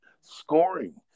scoring